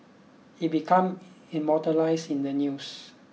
it become immortalised in the news